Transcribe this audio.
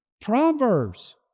Proverbs